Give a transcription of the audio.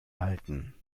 halten